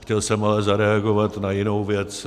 Chtěl jsem ale zareagovat na jinou věc.